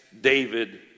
david